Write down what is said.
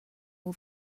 all